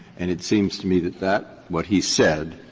and it seems to me that that what he said,